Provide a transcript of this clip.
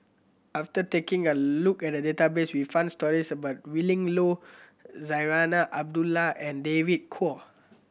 after taking a look at the database we found stories about Willin Low Zarinah Abdullah and David Kwo